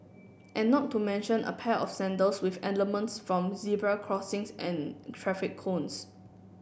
and not to mention a pair of sandals with elements from zebra crossings and traffic cones